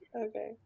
Okay